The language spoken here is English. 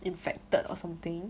infected or something